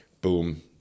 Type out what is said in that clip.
Boom